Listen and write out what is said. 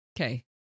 okay